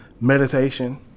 meditation